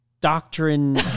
doctrine